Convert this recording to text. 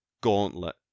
gauntlet